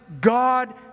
God